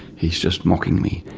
he's just mocking me,